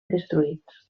destruïts